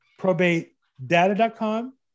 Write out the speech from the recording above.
probatedata.com